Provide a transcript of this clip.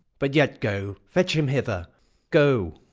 but yet go fetch him hither go.